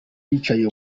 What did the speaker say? hicaye